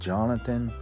Jonathan